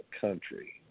country